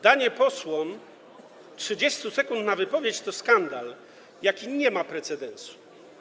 Danie posłom 30 sekund na wypowiedź to skandal, jaki nie ma precedensu.